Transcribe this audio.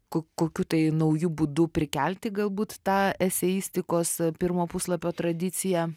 ko kokiu tai nauju būdu prikelti galbūt tą eseistikos pirmo puslapio tradiciją